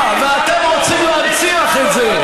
אה, ואתם רוצים להנציח את זה.